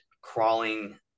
crawling